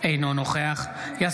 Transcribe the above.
אינה נוכחת יצחק שמעון וסרלאוף,